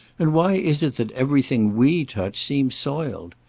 and why is it that everything we touch seems soiled?